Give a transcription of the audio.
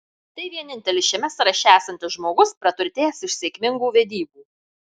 tai vienintelis šiame sąraše esantis žmogus praturtėjęs iš sėkmingų vedybų